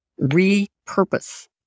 repurpose